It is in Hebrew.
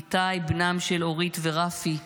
איתי, בנם של אורית ורפי מבארי,